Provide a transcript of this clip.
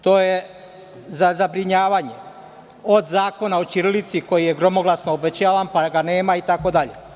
To je za zabrinjavanje - od zakona o ćirilici koji je gromoglasno obećavan, pa ga nema itd.